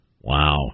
Wow